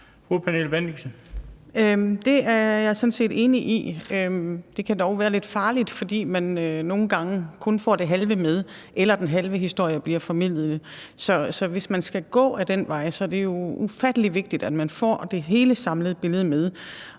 Det er jeg sådan set enig i. Det kan dog være lidt farligt, fordi man nogle gange kun får det halve med, eller den halve historie bliver formidlet. Så hvis man skal gå ad den vej, er det jo ufattelig vigtigt, at man får hele det samlede billede med,